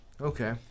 Okay